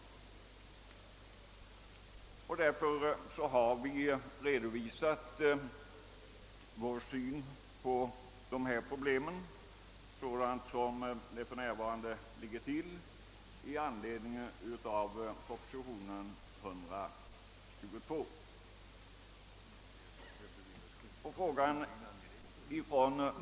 Vår syn på problemen framgår av den redovisning vi lämnar i anledning av proposition nr 122.